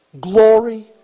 Glory